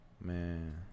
Man